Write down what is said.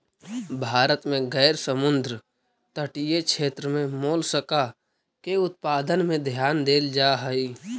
भारत में गैर समुद्र तटीय क्षेत्र में मोलस्का के उत्पादन में ध्यान देल जा हई